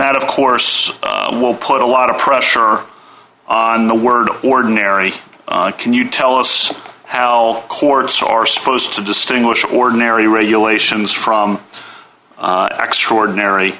that of course will put a lot of pressure on the word ordinary can you tell us how courts are supposed to distinguish ordinary regulations from extraordinary